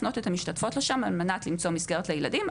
לשנות את המשתתפות לשם על מנת למצוא מסגרת לילדים,